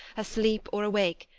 asleep or awake,